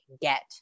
get